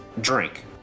drink